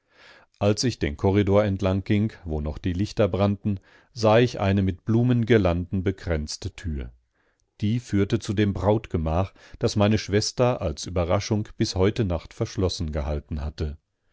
als ich den korridor entlang ging wo noch die lichter brannten sah ich eine mit blumengirlanden bekränzte tür die führte zu dem brautgemach das meine schwester als überraschung bis heute nacht verschlossen gehalten hatte